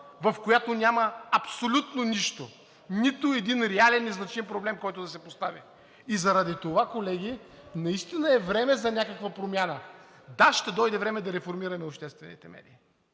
в която няма абсолютно нищо – нито един реален и значим проблем, който да се постави. И заради това, колеги, наистина е време за някаква промяна. Да, ще дойде време да реформираме обществените медии.